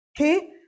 okay